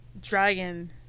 Dragon